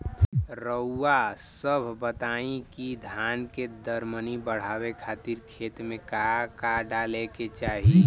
रउआ सभ बताई कि धान के दर मनी बड़ावे खातिर खेत में का का डाले के चाही?